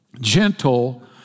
gentle